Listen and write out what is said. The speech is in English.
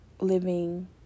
living